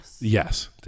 Yes